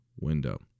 window